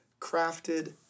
crafted